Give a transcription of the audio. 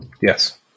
Yes